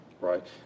Right